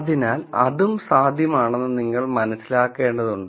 അതിനാൽ അതും സാധ്യമാണെന്ന് നിങ്ങൾ മനസ്സിലാക്കേണ്ടതുണ്ട്